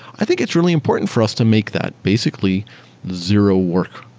i think it's really important for us to make that basically zero work,